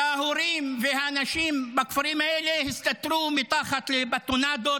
וההורים והאנשים בכפרים האלה הסתתרו מתחת לבטונדות.